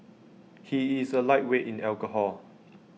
he is A lightweight in alcohol